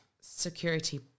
security